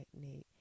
Technique